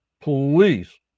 please